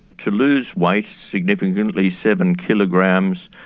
to lose weight significantly, seven kilograms,